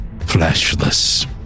Fleshless